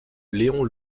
léon